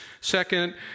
Second